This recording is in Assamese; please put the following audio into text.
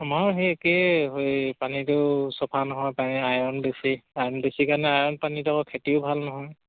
আমাৰ সেই একেই সেই পানীটো চফা নহয় পানী আইৰণ বেছি আইৰণ বেছি কাৰণে আইৰণ পানীত আকৌ খেতিও ভাল নহয়